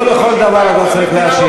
לא על כל דבר אתה צריך להשיב.